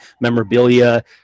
memorabilia